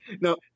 No